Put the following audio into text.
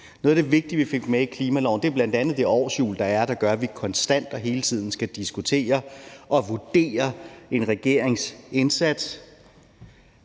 Noget af det vigtige, vi fik med i klimaloven, er bl.a. det årshjul, der gør, at vi konstant og hele tiden skal diskutere og vurdere en regerings indsats.